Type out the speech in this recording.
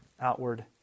outward